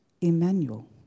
Emmanuel